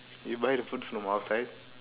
you buy the food from outside